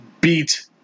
beat